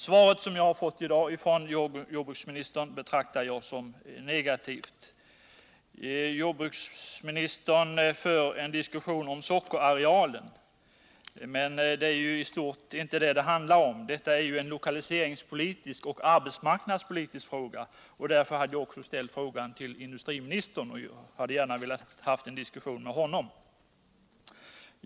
Det svar jag har fått i dag av jordbruksministern betraktar jag som negativt. Jordbruksministern för en diskussion om sockerarealen. Men det är inte det det handlar om. Detta är en lokaliseringspolitisk och arbetsmarknadspolitvisk fråga. Därför hade jag också ställt den till industriministern och hade gärna velat ha en diskussion med honom.